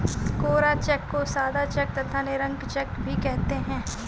कोरा cheque को सादा cheque तथा निरंक चेक भी कहते हैं